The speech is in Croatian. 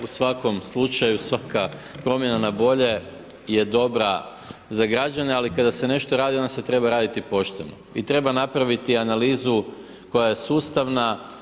U svakom slučaju svaka promjena na bolje je dobra za građane, ali kada se nešto radi, onda se treba raditi pošteno, i treba napraviti analizu koja je sustavna.